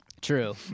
True